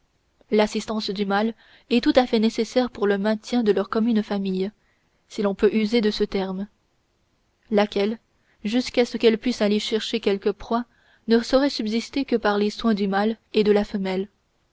l'assistance du mâle est tout à fait nécessaire pour le maintien de leur commune famille si l'on peut user de ce terme laquelle jusqu'à ce qu'elle puisse aller chercher quelque proie ne saurait subsister que par les soins du mâle et de la femelle